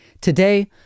Today